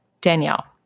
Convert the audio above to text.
Danielle